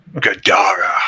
Gadara